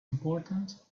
important